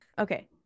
Okay